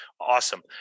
awesome